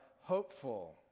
hopeful